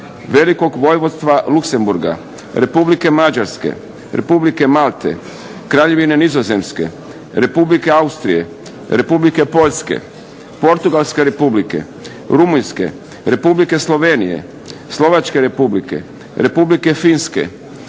Velikog Vojvodstva Luksemburga, Republike Mađarske, Republike Malte, kraljevine Nizozemske, Republike Austrije, Republike Poljske, Portugalske Republike, Rumunjske, Republike Slovenije, Slovačke Republike, Republike Finske,